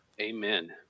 amen